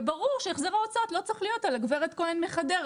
וברור שהחזר ההוצאות לא צריך להיות על הגב' כהן מחדרה,